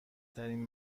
ترین